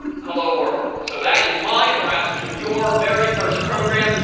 hello, world. so that is my and perhaps, soon, your very first program,